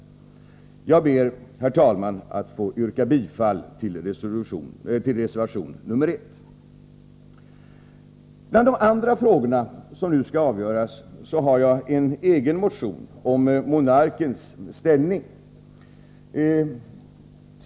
Jag ber, herr talman, att få yrka bifall till reservation nr 1. Bland de andra frågorna som nu skall avgöras finns min egen motion om monarkens ställning.